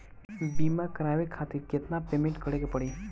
बीमा करावे खातिर केतना पेमेंट करे के पड़ी?